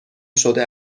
شده